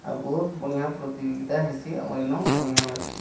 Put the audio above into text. ଆଉ ବହୁତ୍ ବଢ଼ିଆଁ ପ୍ରତିଯୋଗିତା ହେସି ଆମର ଇନୁ ବଢ଼ିଆ ଲାଗ୍ସି